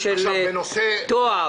קודם כול, מכרזים לא בכירים לא תקועים בכלל.